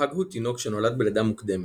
פג הוא תינוק שנולד בלידה מוקדמת,